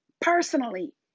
personally